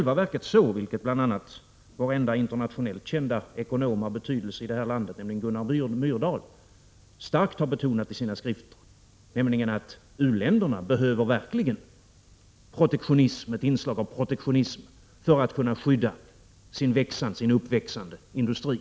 Vår enda internationellt kända ekonom av betydelse, nämligen Gunnar Myrdal, har starkt betonat i sina skrifter att u-länderna verkligen behöver ett inslag av protektionism för att kunna skydda sin uppväxande industri.